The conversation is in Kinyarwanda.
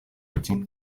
ati